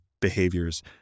behaviors